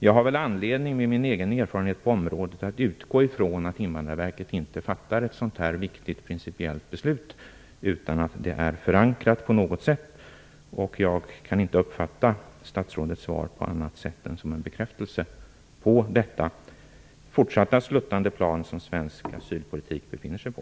Jag har anledning, med min egen erfarenhet på området, att utgå från att Invandrarverket inte fattar ett sådant här viktigt principiellt beslut utan att det är förankrat på något sätt. Jag kan inte uppfatta statsrådets svar på annat sätt än som en bekräftelse på det fortsatt sluttande plan som svensk asylpolitik befinner sig på.